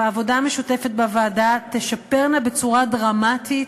בעבודה המשותפת בוועדה הן תשפרנה בצורה דרמטית